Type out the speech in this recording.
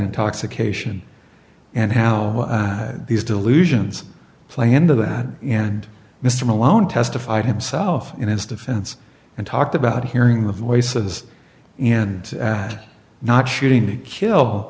intoxication and how these delusions play into that and mr malone testified himself in his defense and talked about hearing the voices and not shooting to kill